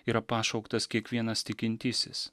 yra pašauktas kiekvienas tikintysis